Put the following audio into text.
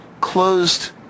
closed